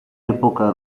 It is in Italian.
epoca